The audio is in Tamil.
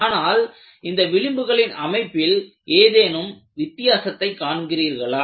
ஆனால் இந்த விளிம்புகளின் அமைப்பில் ஏதேனும் வித்தியாசத்தை காண்கிறீர்களா